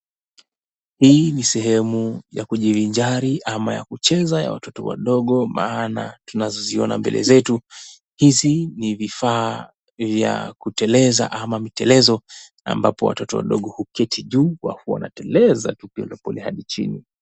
Hi ni sehemu ya kujivinjari ama ya kucheza ya watoto wadogo maana tunazoziona mbele zetu ,hizi ni vifaa vya kuteleza ama mtelezo ambapo watoto wadogo huketi ju wakiwa wanateleza pale hadi chini.